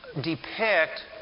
depict